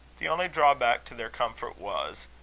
the only drawback to their comfort was,